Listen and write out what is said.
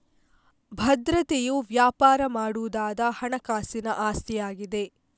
ಭದ್ರತೆಯು ವ್ಯಾಪಾರ ಮಾಡಬಹುದಾದ ಹಣಕಾಸಿನ ಆಸ್ತಿಯಾಗಿದೆ